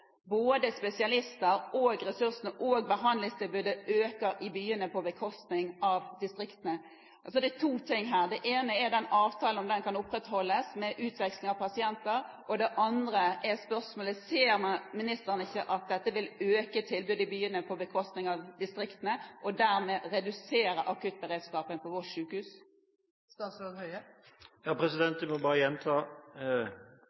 både spesialister, ressurser og behandlingstilbud øker i byene på bekostning av distriktene? Det er to ting her: Det ene er om denne avtalen med utveksling av pasienter kan opprettholdes, og det andre er spørsmålet: Ser ikke ministeren at dette vil øke tilbudet i byene på bekostning av distriktene og dermed redusere akuttberedskapen på Voss sjukehus? Jeg må bare gjenta: Lovforslaget om å avskaffe en godkjenningsordning for private sykehus,